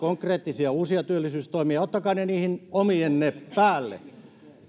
konkreettisia uusia työllisyystoimia ottakaa ne niihin omienne päälle